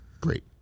Great